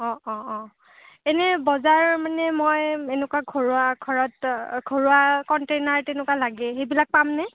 অঁ অঁ অঁ এনে বজাৰ মানে মই এনেকুৱা ঘৰুৱা ঘৰত ঘৰুৱা কণ্টেইনাৰ তেনেকুৱা লাগে এইবিলাক পামনে